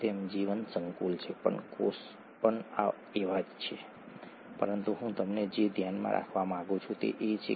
જો તમે ન્યુક્લિઓટાઇડ જુઓ તો તે ત્રણ મુખ્ય ભાગોનો બનેલો છે